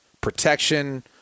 Protection